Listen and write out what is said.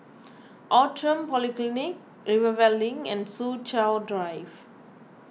Outram Polyclinic Rivervale Link and Soo Chow Drive